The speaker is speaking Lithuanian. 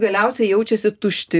galiausiai jaučiasi tušti